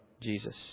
Jesus